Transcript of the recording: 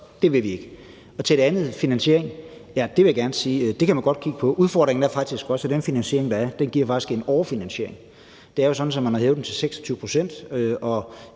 det vil vi ikke. Og til det andet med finansieringen vil jeg gerne sige, at det kan vi godt kigge på. Udfordringen er også, at den finansiering, der er, faktisk giver en overfinansiering. Det er jo sådan, at man har hævet den til 26 pct., og